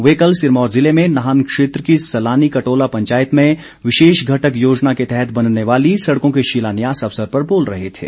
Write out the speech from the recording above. वे कल सिरमौर जिले में नाहन क्षेत्र की सलानी कटोला पंचायत में विशेष घटक योजना के तहत बनने वाली सड़कों के शिलान्यास अवसर पर बोल रहे थे